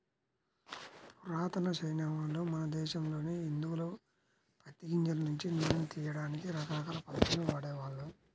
పురాతన చైనావాళ్ళు, మన దేశంలోని హిందువులు పత్తి గింజల నుంచి నూనెను తియ్యడానికి రకరకాల పద్ధతుల్ని వాడేవాళ్ళు